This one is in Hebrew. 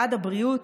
בעד הבריאות,